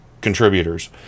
contributors